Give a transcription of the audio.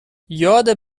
یاد